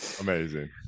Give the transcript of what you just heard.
Amazing